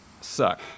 suck